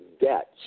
debts